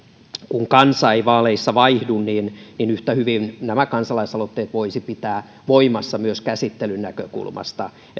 kun kansa ei vaaleissa vaihdu niin niin yhtä hyvin nämä kansalaisaloitteet voisi pitää voimassa myös käsittelyn näkökulmasta